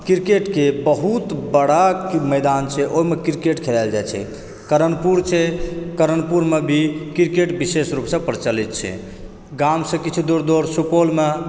cricket के बहुत बड़ा मैदान छै ओइमऽ क्रिकेट खेलायल जाइ छै करनपुर छै करनपुरमे भी क्रिकेट विशेष रूपसऽ प्रचलित छै गामसऽ किछु दूर दूर सुपौलमऽ